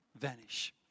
vanish